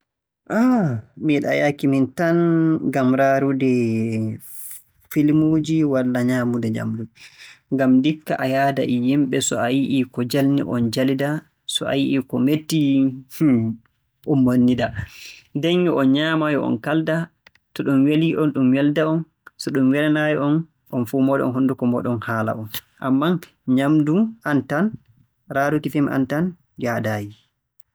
mi yiɗaa yahki miin tan, ngam raarude filmuuji walla nyaamude nyaamndu, ngam ndikka a yahda e yimɓe so a yi'i ko jalni o njalida, so a yi'ii ko metti, hmn, on monnida. Nden yo on nyaamay on kaalda, to ɗum welii on ɗum welda on. So ɗum welaayi on on fuu mooɗon honnduko mooɗon haala-on. Ammaa nyaamndu aan tan, raaruki filmu aan tan, yahdaayi.